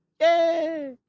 Yay